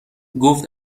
گفت